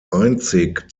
einzig